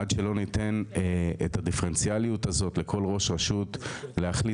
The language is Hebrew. את הדיפרנציאליות הזאת לכל ראש רשות להחליט